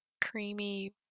creamy